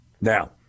Now